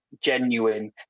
genuine